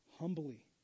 humbly